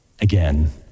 again